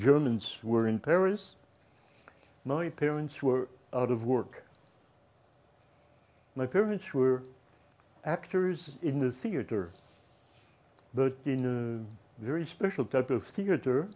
germans were in paris night parents were out of work my parents were actors in the theater but in a very special type of theat